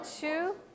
two